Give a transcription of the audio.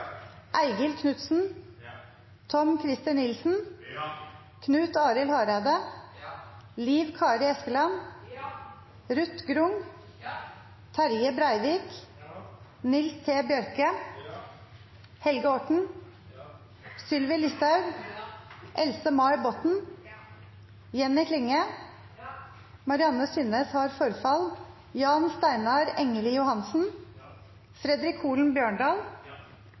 Eigil Knutsen, Tom-Christer Nilsen, Knut Arild Hareide, Liv Kari Eskeland, Ruth Grung, Terje Breivik, Nils T. Bjørke, Helge Orten, Sylvi Listhaug, Else-May Botten, Jenny Klinge, Jan Steinar Engeli Johansen, Fredric Holen